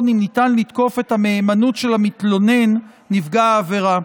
אם ניתן לתקוף את המהימנות של המתלונן נפגע העבירה.